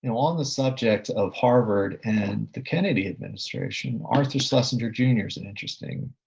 and on the subject of harvard and the kennedy administration, arthur schlesinger jr. is an interesting